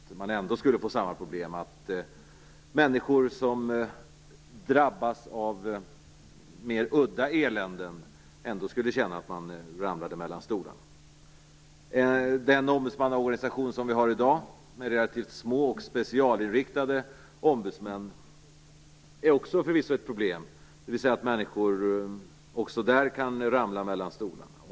Därmed skulle man ändå få samma problem, dvs. att människor som drabbas av mer udda eländen skulle så att säga hamna mellan stolarna. Den ombudsmannaorganisation som vi har i dag med relativt små och specialinriktade ombudsmän kan också innebära problem. Människor kan även där ramla mellan stolarna.